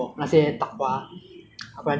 无忧无虑大自然